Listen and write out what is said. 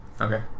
okay